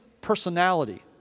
personality